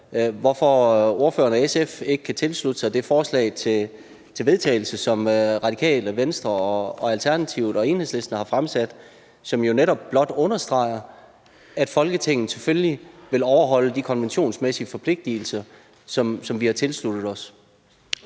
hvorfor ordføreren og SF ikke kan tilslutte sig det forslag til vedtagelse, som Radikale Venstre, Alternativet og Enhedslisten har fremsat, som jo netop blot understreger, at Folketinget selvfølgelig vil overholde de konventionsmæssige forpligtelser, som vi har tilsluttet os.